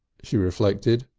she reflected.